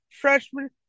freshman